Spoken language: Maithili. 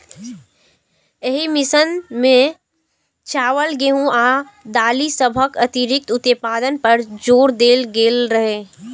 एहि मिशन मे चावल, गेहूं आ दालि सभक अतिरिक्त उत्पादन पर जोर देल गेल रहै